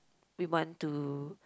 we want to